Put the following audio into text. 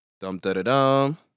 Dum-da-da-dum